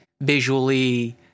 visually